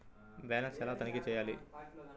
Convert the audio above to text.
Balance ఎలా తనిఖీ చేయాలి?